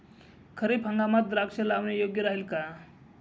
खरीप हंगामात द्राक्षे लावणे योग्य राहिल का?